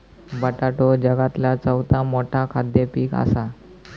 बटाटो जगातला चौथा मोठा खाद्य पीक असा